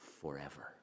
forever